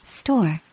store